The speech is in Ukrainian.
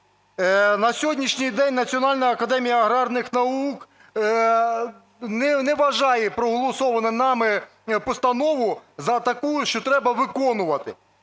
На сьогоднішній день Національна академія аграрних наук не вважає проголосовану нами постанову за таку, що треба виконувати.